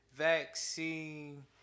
vaccine